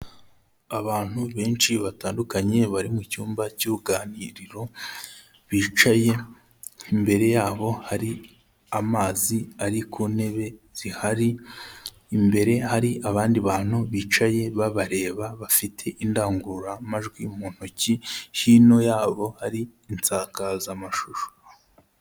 Abantu benshi batandukanye bari mu cyumba cy'uruganiriro bicaye, imbere yabo hari amazi ari ku ntebe zihari, imbere hari abandi bantu bicaye babareba bafite indangururamajwi mu ntoki, hino yabo hari insakazamashusho.